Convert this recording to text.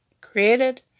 created